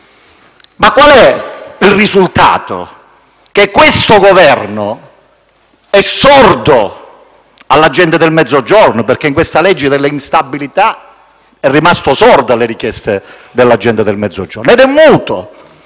di più. Il risultato è che questo Governo è sordo alla gente del Mezzogiorno, perché in questa legge della instabilità è rimasto sordo alle richieste della gente del Mezzogiorno ed è muto